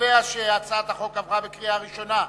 התש"ע 2009,